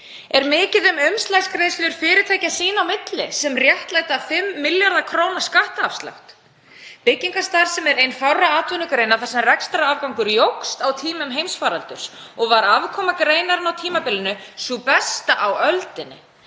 Er mikið um umslagsgreiðslur fyrirtækja sín á milli sem réttlæta 5 milljarða kr. skattafslátt? Byggingarstarfsemi er ein fárra atvinnugreina þar sem rekstrarafgangur jókst á tímum heimsfaraldurs og var afkoma greinarinnar á tímabilinu sú besta á öldinni.